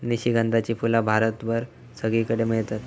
निशिगंधाची फुला भारतभर सगळीकडे मेळतत